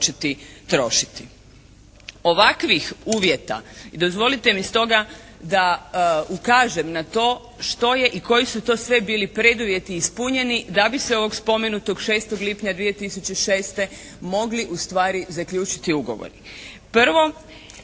početi trošiti. Ovakvih uvjeta i dozvolite mi stoga da ukažem na to što je i koji su to sve bili preduvjeti bili ispunjeni da bi se ovog spomenutog 6. lipnja 2006. mogli ustvari zaključiti ugovori. Prvo,